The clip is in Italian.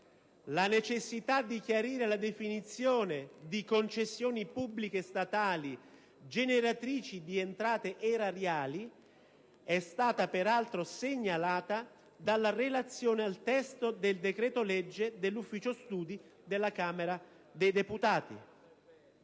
La necessità di chiarire la definizione di «concessioni pubbliche statali generatrici di entrate erariali» è stata peraltro segnalata dalla relazione al testo del decreto-legge del Servizio studi della Camera dei deputati.